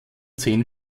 zehn